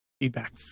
Feedback